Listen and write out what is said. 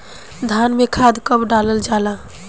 धान में खाद कब डालल जाला?